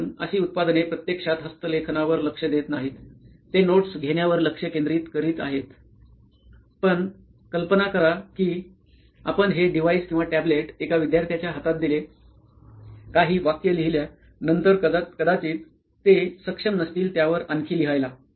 कारण अशी उत्पादने प्रत्यक्षात हस्त लेखनावर लक्ष देत नाहीत ते नोट्स घेण्यावर लक्ष केंद्रित करीत आहेत पण कल्पना करा की आपण हे डिव्हाइस किंवा टॅब्लेट एका विद्यार्थ्याच्या हातात दिले काही वाक्य लिहिल्या नंतर कदाचित ते सक्षम नसतील त्यावर आणखी लिहायला